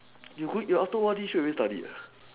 you go after O_R_D straight away study ah